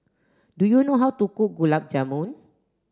do you know how to cook Gulab Jamun